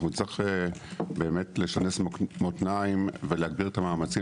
נצטרך לשנס מותניים ולהגדיל את המאמצים,